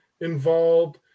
involved